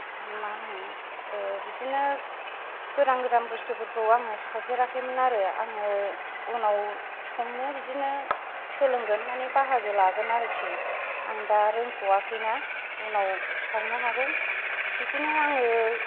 मा होनो बिदिनो गोदान गोदोन बुस्थुफोरखौ आङो सावफेराखैमोन आरो आङो उनाव संनो बिदिनो सोलोंगोन माने बाहागो लागोन आरोखि आं दा रोंथ'वाखैना उनाव सावनो हागौ बिदिनो आङो